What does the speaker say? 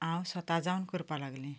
हांव स्वता जावन करपाक लागलें